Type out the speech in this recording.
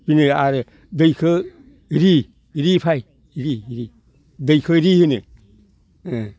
बिदिनो आरो दैखो रि रि फै रि रि दैखो बिदि होनो